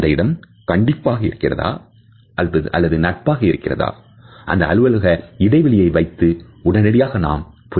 அந்த இடம் கண்டிப்புடன் இருக்கிறதா அல்லது நட்பு ரீதியாக இருக்கிறதா அந்த அலுவலக இடைவெளியை வைத்து உடனடியாக நாம் புரிந்து கொள்ளலாம்